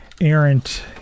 errant